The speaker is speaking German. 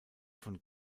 von